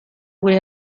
gure